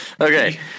Okay